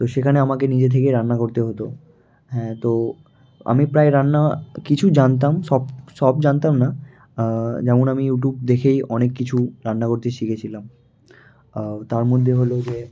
তো সেখানে আমাকে নিজে থেকে রান্না করতে হতো হ্যাঁ তো আমি প্রায় রান্না কিছু জানতাম সব সব জানতাম না যেমন আমি ইউটিউব দেখেই অনেক কিছু রান্না করতে শিখেছিলাম তার মধ্যে হলো যে